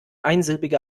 einsilbige